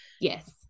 Yes